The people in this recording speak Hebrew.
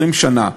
20 שנה.